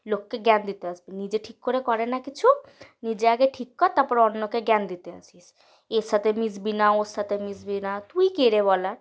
লোককে জ্ঞান দিতে আসবে নিজে ঠিক করে করে না কিছু নিজে আগে ঠিক কর তারপর অন্যকে জ্ঞান দিতে আসিস এর সাথে মিশবি না ওর সাথে মিশবি না তুই কে রে বলার